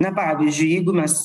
na pavyzdžiu jeigu mes